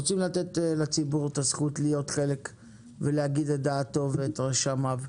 רוצים לתת לציבור את הזכות להיות חלק ולומר את דעתו ואת רשמיו.